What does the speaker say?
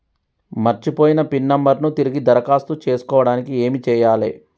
మర్చిపోయిన PIN number ను తిరిగి దరఖాస్తు చేసుకోవడానికి ఏమి చేయాలే?